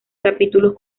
capítulos